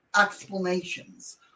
explanations